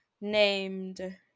named-